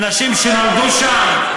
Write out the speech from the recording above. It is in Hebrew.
אנשים שנולדו שם,